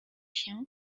się